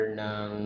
ng